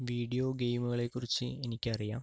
video ഗെയിമുകളെ കുറിച്ച് എനിക്കറിയാം